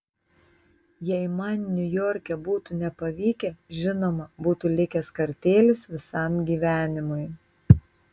jei man niujorke būtų nepavykę žinoma būtų likęs kartėlis visam gyvenimui